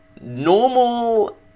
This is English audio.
normal